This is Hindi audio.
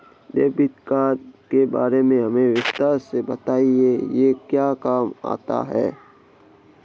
डेबिट कार्ड के बारे में हमें विस्तार से बताएं यह क्या काम आता है?